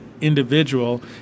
individual